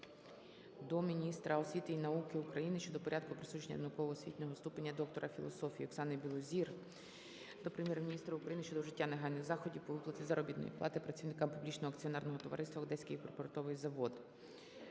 до міністра освіти і науки України щодо порядку присудження науково-освітнього ступеня доктора філософії. Оксани Білозір до Прем'єр-міністра України щодо вжиття негайних заходів по виплаті заробітної плати працівникам Публічного акціонерного товариства "Одеський припортовий завод".